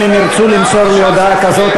אם הם ירצו למסור לי הודעה כזאת,